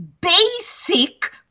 basic